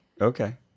Okay